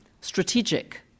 strategic